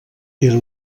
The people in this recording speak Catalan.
era